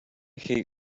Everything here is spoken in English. hate